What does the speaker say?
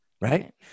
Right